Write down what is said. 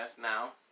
now